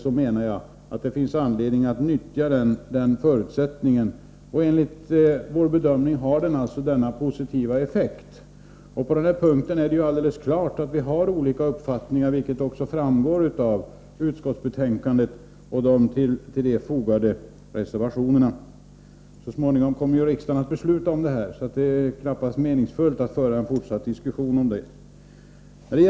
Jag menar att det finns skäl att arbeta utifrån den förutsättningen, och enligt vår bedömning kommer det att få positiv effekt. Men det är alldeles klart att det finns olika uppfattningar, vilket också framgår av utskottsbetänkandet och de därtill fogade reservationerna. Så småningom kommer ju riksdagen att besluta om det här, och det är knappast meningsfullt att nu fortsätta diskussionen på den punkten.